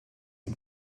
and